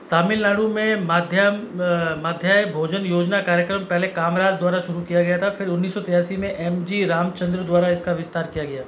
तमिलनाडु में माध्यम माध्याय भोजन योजना कार्यक्रम पहले कामराज द्वारा शुरू किया गया था फिर उन्नीस सौ तेरासी में एम जी रामचंद्र द्वारा इसका विस्तार किया गया था